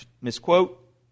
misquote